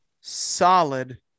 solid